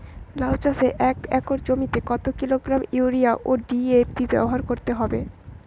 লাউ চাষে এক একর জমিতে কত কিলোগ্রাম ইউরিয়া ও ডি.এ.পি ব্যবহার করতে হবে?